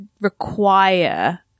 require